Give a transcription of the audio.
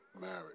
marriage